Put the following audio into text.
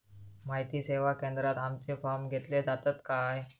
माहिती सेवा केंद्रात आमचे फॉर्म घेतले जातात काय?